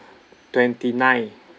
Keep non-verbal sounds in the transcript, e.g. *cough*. twenty-ninth *breath*